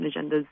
agendas